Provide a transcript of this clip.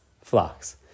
flocks